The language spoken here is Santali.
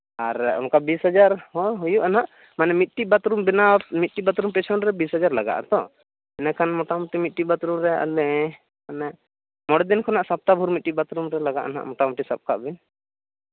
ᱟᱨ ᱚᱱᱠᱟ ᱵᱤᱥ ᱦᱟᱡᱟᱨ ᱦᱚᱸ ᱦᱩᱭᱩᱜᱼᱟ ᱦᱟᱸᱜ ᱢᱟᱱᱮ ᱢᱤᱫᱴᱤᱡ ᱵᱟᱛᱷᱨᱩᱢ ᱵᱮᱱᱟᱣ ᱢᱤᱫᱴᱤᱡ ᱵᱟᱛᱷᱨᱩᱢ ᱯᱤᱪᱷᱚᱱ ᱨᱮ ᱵᱤᱥ ᱦᱟᱡᱟᱨ ᱞᱟᱜᱟᱜ ᱟᱛᱚ ᱤᱱᱟᱹᱠᱷᱟᱱ ᱢᱳᱴᱟᱢᱩᱴᱤ ᱢᱤᱫᱴᱤᱡ ᱵᱟᱛᱷᱨᱩᱢ ᱨᱮ ᱚᱱᱮ ᱢᱚᱬᱮ ᱫᱤᱱ ᱠᱷᱚᱱᱟᱜ ᱥᱚᱯᱛᱟ ᱵᱷᱳᱨ ᱢᱤᱫᱴᱮᱡ ᱵᱟᱛᱷᱨᱩᱢ ᱨᱮ ᱞᱟᱜᱟ ᱦᱟᱸᱜ ᱢᱳᱴᱟᱢᱩᱴᱤ ᱥᱟᱵ ᱠᱟᱜ ᱵᱤᱱ